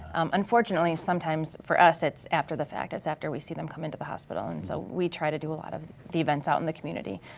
unfortunately sometimes, for us, it's after the fact, it's after we seem them come into the hospital and so we try to do a lot of the events out in the community